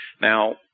now